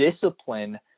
discipline